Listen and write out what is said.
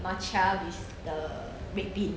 matcha with the red bean